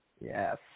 Yes